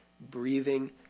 breathing